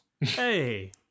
Hey